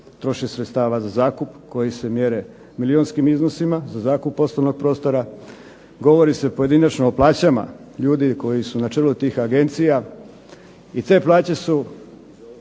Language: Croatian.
troše sredstava za zakup koji se mjere milijonskim iznosima, za zakup poslovnog prostora, govori se pojedinačno o plaćama ljudi koji su na čelu tih agencija i te plaće su